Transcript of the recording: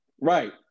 right